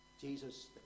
Jesus